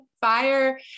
Fire